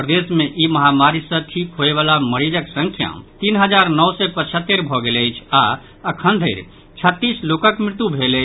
प्रदेश मे ई महामारी सँ ठीक होयबला मरीजक संख्या तीन हजार नओ सय पचहत्तरि भऽ गेल अछि आ अखन धरि छत्तीस लोकक मृत्यु भेल अछि